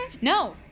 No